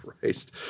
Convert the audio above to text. christ